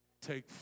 Take